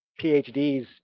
PhDs